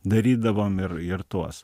darydavom ir ir tuos